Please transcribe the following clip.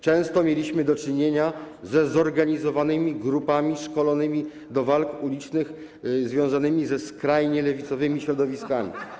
Często mieliśmy do czynienia ze zorganizowanymi grupami szkolonymi do walk ulicznych, związanymi ze skrajnie lewicowymi środowiskami.